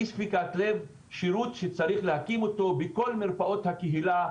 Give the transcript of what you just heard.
אי ספיקת לב זה שירות שצריך להקים אותו בכל מרפאות הקהילה,